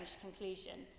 conclusion